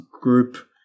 group